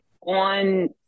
on